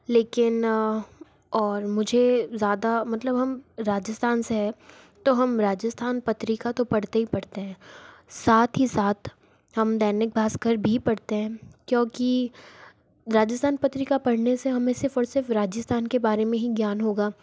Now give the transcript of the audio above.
लेकिन और मुझे ज़ादा मतलब हम राजस्थान से है तो हम राजस्थान पत्रिका तो पढ़ते ही पढ़ते हैं साथ ही साथ हम दैनिक भास्कर भी पढ़ते है क्योंकी राजस्थान पत्रिका पढ़ने से हमें सिर्फ और सिर्फ राजस्थान के बारे में ही ज्ञान होगा